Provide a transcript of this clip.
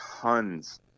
tons